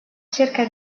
cerca